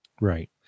Right